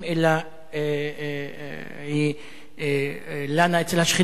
אלא היא לנה אצל השכנים,